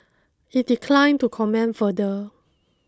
it declined to comment further